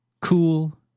cool